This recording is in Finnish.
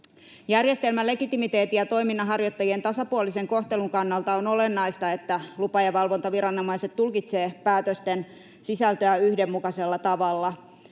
Järjestelmän legitimiteetin ja toiminnanharjoittajien tasapuolisen kohtelun kannalta on olennaista, että lupa- ja valvontaviranomaiset tulkitsevat päätösten sisältöä yhdenmukaisella tavalla.